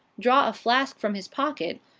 draw a flask from his pocket,